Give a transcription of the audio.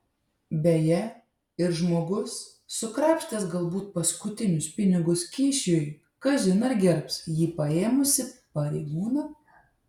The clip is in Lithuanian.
beje ir žmogus sukrapštęs galbūt paskutinius pinigus kyšiui kažin ar gerbs jį paėmusį pareigūną